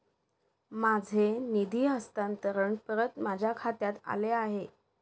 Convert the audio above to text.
माझे निधी हस्तांतरण परत माझ्या खात्यात आले आहे